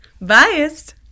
biased